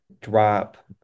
drop